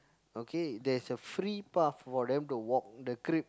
okay there's a free path for them to walk the creep